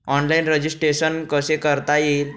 Online registration कसे करता येईल?